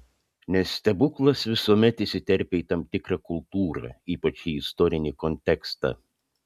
nes stebuklas visuomet įsiterpia į tam tikrą kultūrą ypač į istorinį kontekstą